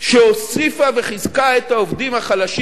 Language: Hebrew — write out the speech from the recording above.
שהוסיפה וחיזקה את העובדים החלשים